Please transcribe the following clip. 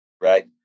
Right